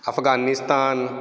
Afghanistan